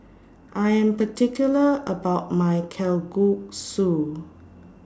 I Am particular about My Kalguksu